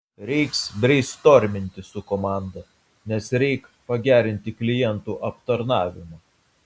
reiks breistorminti su komanda nes reik pagerinti klientų aptarnavimą